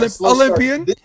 Olympian